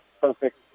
perfect